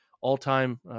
all-time